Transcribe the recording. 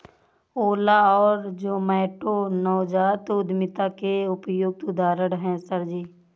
ओला और जोमैटो नवजात उद्यमिता के उपयुक्त उदाहरण है सर जी